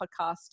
podcast